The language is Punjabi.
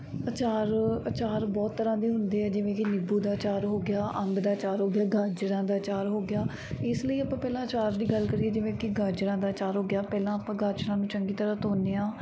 ਅਚਾਰ ਅਚਾਰ ਬਹੁਤ ਤਰ੍ਹਾਂ ਦੇ ਹੁੰਦੇ ਹੈ ਜਿਵੇਂ ਕਿ ਨਿੰਬੂ ਦਾ ਅਚਾਰ ਹੋ ਗਿਆ ਅੰਬ ਦਾ ਅਚਾਰ ਹੋ ਗਿਆ ਗਾਜਰਾਂ ਦਾ ਅਚਾਰ ਹੋ ਗਿਆ ਇਸ ਲਈ ਆਪਾਂ ਪਹਿਲਾਂ ਅਚਾਰ ਦੀ ਗੱਲ ਕਰੀਏ ਜਿਵੇਂ ਕਿ ਗਾਜਰਾਂ ਦਾ ਅਚਾਰ ਹੋ ਗਿਆ ਪਹਿਲਾਂ ਆਪਾਂ ਗਾਜਰਾਂ ਨੂੰ ਚੰਗੀ ਤਰ੍ਹਾਂ ਧੌਂਦੇ ਹਾਂ